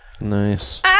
Nice